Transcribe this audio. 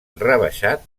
rebaixat